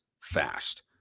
fast